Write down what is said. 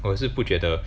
我是不觉得